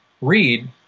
read